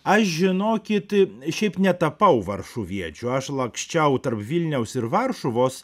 aš žinokit šiaip netapau varšuviečiu aš laksčiau tarp vilniaus ir varšuvos